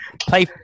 Play